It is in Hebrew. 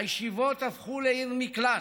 הישיבות הפכו לעיר מקלט.